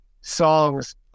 songs